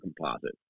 composite